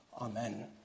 Amen